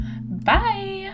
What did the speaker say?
Bye